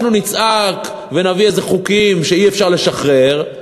אנחנו נצעק ונביא איזה חוקים שאי-אפשר לשחרר,